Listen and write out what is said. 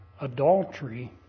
Adultery